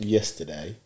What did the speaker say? Yesterday